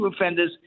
offenders